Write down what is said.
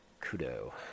Kudo